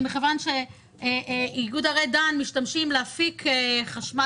מכיוון שאיגוד ערי דן מתכוון להפיק חשמל